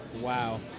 Wow